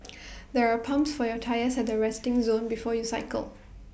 there are pumps for your tyres at the resting zone before you cycle